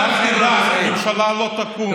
רק תדע, ממשלה לא תקום.